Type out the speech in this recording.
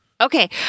Okay